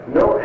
no